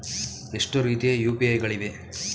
ಎಷ್ಟು ರೀತಿಯ ಯು.ಪಿ.ಐ ಗಳಿವೆ?